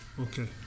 okay